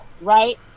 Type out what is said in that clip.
Right